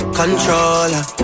controller